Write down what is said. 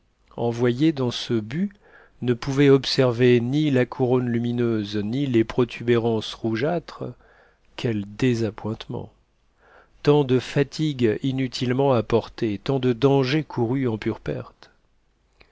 envoyé dans ce but ne pouvait observer ni la couronne lumineuse ni les protubérances rougeâtres quel désappointement tant de fatigues inutilement supportées tant de dangers courus en pure perte